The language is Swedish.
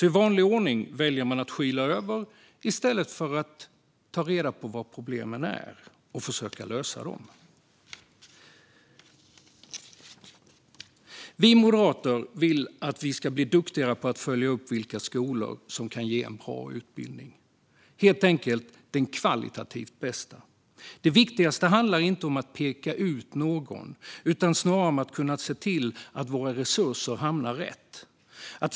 I vanlig ordning väljer man att skyla över i stället för att ta reda på vilka problemen är och försöka lösa dem. Vi moderater vill bli duktigare på att följa upp vilka skolor som kan ge en bra utbildning - helt enkelt den kvalitativt bästa. Det viktigaste handlar inte om att peka ut någon utan snarare om att se till att våra resurser hamnar rätt.